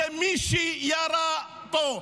זה מי שירה בו.